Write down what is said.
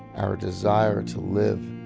our desire to live,